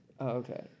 okay